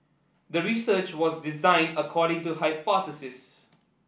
the research was designed according to hypothesis